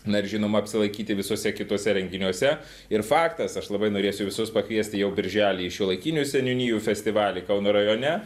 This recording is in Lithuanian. na ir žinoma apsilankyti visuose kituose renginiuose ir faktas aš labai norėsiu visus pakviest jau birželį į šiuolaikinių seniūnijų festivalį kauno rajone